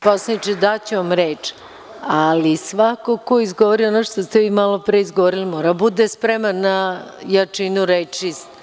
Poslaniče, daću vam reč, ali svako ko izgovori ono što ste vi malo pre izgovorili, mora da bude spreman na jačinu reči